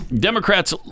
Democrats